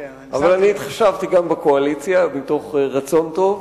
אבל אני התחשבתי גם בקואליציה מתוך רצון טוב,